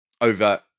over